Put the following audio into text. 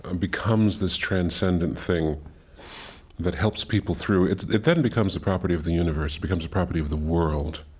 and becomes this transcendent thing that helps people through, it it then becomes a property of the universe. it becomes a property of the world.